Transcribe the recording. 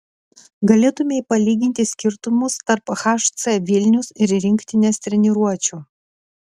galėtumei palyginti skirtumus tarp hc vilnius ir rinktinės treniruočių